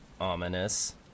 ominous